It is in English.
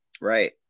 Right